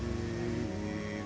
the